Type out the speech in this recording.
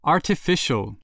Artificial